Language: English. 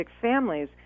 families